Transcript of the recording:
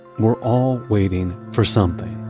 we're all waiting for something